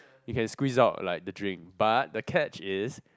you can squeeze out like the drink but the catch is